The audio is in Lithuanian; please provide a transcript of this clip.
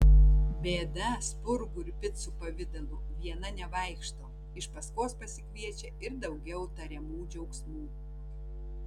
bėda spurgų ir picų pavidalu viena nevaikšto iš paskos pasikviečia ir daugiau tariamų džiaugsmų